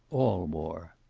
all war.